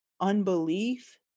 unbelief